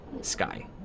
Sky